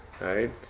right